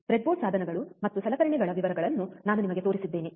breadboard ಸಾಧನಗಳು ಮತ್ತು ಸಲಕರಣೆಗಳ ವಿವರಗಳನ್ನು ನಾನು ನಿಮಗೆ ತೋರಿಸಿದ್ದೇನೆ